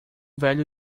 velho